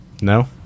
No